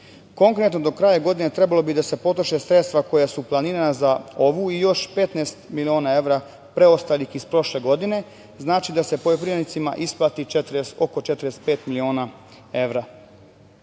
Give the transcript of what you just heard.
Konkretno, do kraja godine trebalo bi da se potroše sredstva koja su planirana za ovu i još 15 miliona evra preostalih iz prošle godine. Znači, da se poljoprivrednicima isplati oko 45 miliona evra. Dobra